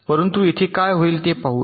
परंतु येथे काय होईल ते पाहूया